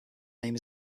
name